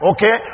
Okay